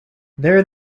there